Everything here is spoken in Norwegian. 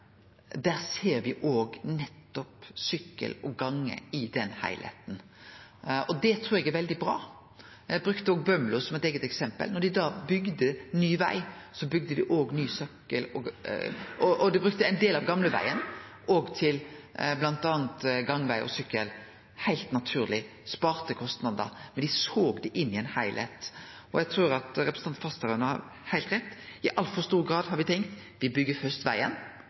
der det kjem ein motorveg, ser me der nettopp sykkel- og gangveg i den heilskapen, og det trur eg er veldig bra. Eg brukte òg Bømlo som eit eige eksempel. Da dei bygde ny veg, brukte dei ein del av gamlevegen til bl.a. gang- og sykkelveg, heilt naturleg. Dei sparte kostnader, men dei såg det inn i ein heilskap. Eg trur representanten Fasteraune har heilt rett. I altfor stor grad har me tenkt at me først byggjer vegen,